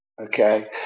okay